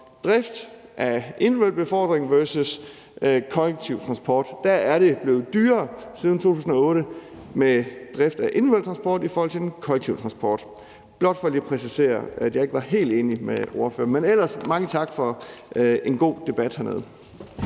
drift af individuel befordring versus kollektiv transport er drift af individuel transport siden 2008 blevet dyrere i forhold til kollektiv transport. Det var blot for lige at præcisere, at jeg ikke var helt enig med ordføreren, men ellers mange tak for en god debat hernede.